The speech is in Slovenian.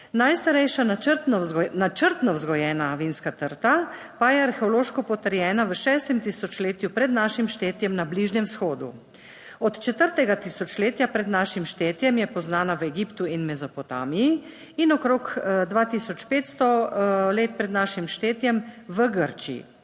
Najstarejša, načrtno vzgojena vinska trta pa je arheološko potrjena v šestem tisočletju pred našim štetjem na Bližnjem vzhodu. Od četrtega tisočletja pred našim štetjem je poznana v Egiptu in Mezopotamiji in okrog 2500 let pred našim štetjem v Grčiji.